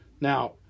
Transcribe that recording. Now